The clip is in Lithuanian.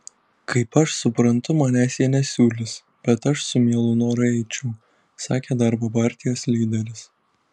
kaip aš suprantu manęs jie nesiūlys bet aš su mielu noru eičiau sakė darbo partijos lyderis